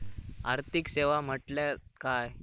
आर्थिक सेवा म्हटल्या काय?